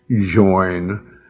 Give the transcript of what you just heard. join